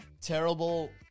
terrible